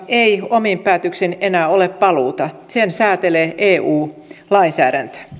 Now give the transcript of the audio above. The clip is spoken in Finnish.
ei omiin päätöksiin enää ole paluuta sen säätelee eu lainsäädäntö